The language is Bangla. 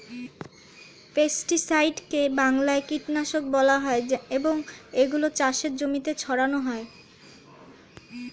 পেস্টিসাইডকে বাংলায় কীটনাশক বলা হয় এবং এগুলো চাষের জমিতে ছড়ানো হয়